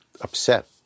upset